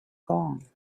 gone